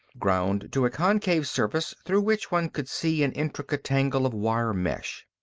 ground to a concave surface, through which one could see an intricate tangle of wire mesh.